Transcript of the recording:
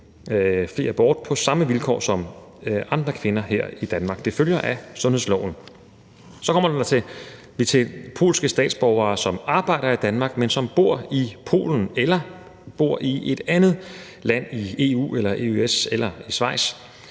fri abort på samme vilkår som andre kvinder her i Danmark. Det følger af sundhedsloven. Så kommer vi til polske statsborgere, som arbejder i Danmark, men som bor i Polen, eller som bor i et andet land i EU eller EØS eller Schweiz.